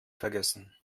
vergessen